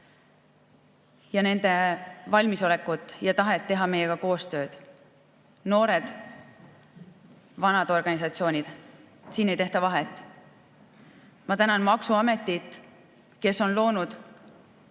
ja nende valmisolekut ja tahet teha meiega koostööd. Noored või vanad organisatsioonid, siin ei tehta vahet. Ma tänan maksuametit, kes on loonud